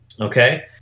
Okay